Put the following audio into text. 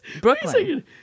Brooklyn